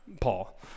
Paul